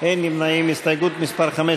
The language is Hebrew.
עמר בר-לב,